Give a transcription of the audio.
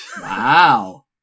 Wow